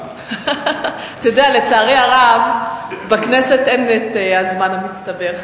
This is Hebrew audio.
אתה יודע, לצערי הרב, בכנסת אין הזמן המצטבר.